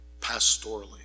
pastorally